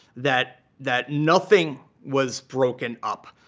that that nothing was broken up,